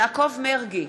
יעקב מרגי,